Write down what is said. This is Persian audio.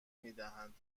میدهند